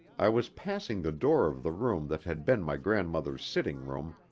i was passing the door of the room that had been my grandmother's sitting-room,